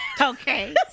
Okay